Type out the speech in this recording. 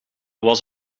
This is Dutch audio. was